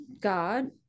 God